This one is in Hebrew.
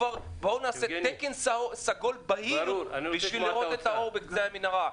בואו נעשה תו סגול בהיר בשביל לראות את האור בקצה המנהרה.